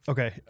Okay